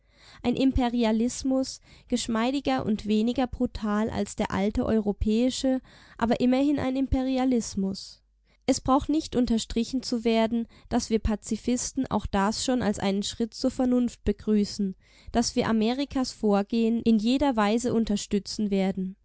ein imperialismus geschmeidiger und weniger brutal als der alte europäische aber immerhin ein imperialismus es braucht nicht unterstrichen zu werden daß wir pazifisten auch das schon als einen schritt zur vernunft begrüßen daß wir amerikas vorgehen in jeder weise unterstützen werden